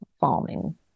farming